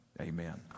amen